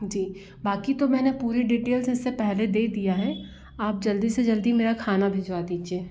जी बाक़ी तो मैंने पूरी डीटेल्स इससे पहले दे दिया है आप जल्दी से जल्दी मेरा खाना भिजवा दीजिए